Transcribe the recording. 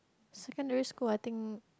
secondary school I think